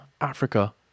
Africa